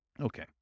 Okay